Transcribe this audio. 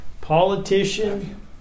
Politician